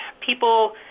people